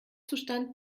zustand